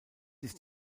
ist